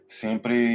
sempre